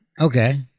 Okay